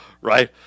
right